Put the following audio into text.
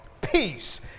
peace